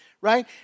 right